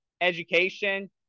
education